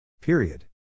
Period